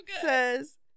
Says